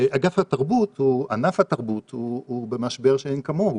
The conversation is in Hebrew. אגף התרבות או ענף התרבות הוא במשבר שאין כמוהו,